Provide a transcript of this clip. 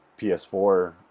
PS4